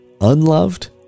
unloved